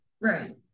Right